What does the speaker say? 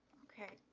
okay,